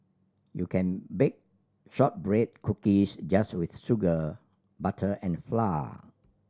you can bake shortbread cookies just with sugar butter and flour